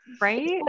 right